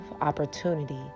opportunity